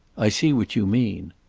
i see what you mean.